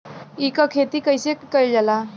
ईख क खेती कइसे कइल जाला?